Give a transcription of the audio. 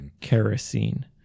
Kerosene